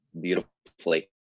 beautifully